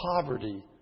poverty